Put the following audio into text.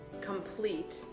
complete